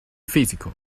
physical